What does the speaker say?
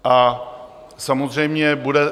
A samozřejmě bude...